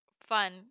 fun